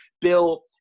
Bill